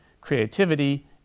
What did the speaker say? creativity